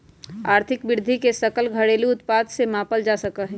आर्थिक वृद्धि के सकल घरेलू उत्पाद से मापल जा सका हई